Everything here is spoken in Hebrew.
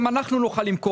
גם אנחנו נוכל למכור.